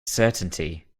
certainty